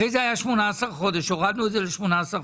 לאחר מכן הורדנו את זה ל-18 חודשים,